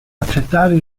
accettare